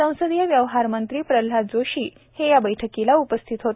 संसदीय व्यवहारमंत्री प्रल्हाद जोशी हे देखील या बैठकीला उपस्थित होते